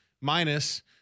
minus